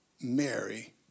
Mary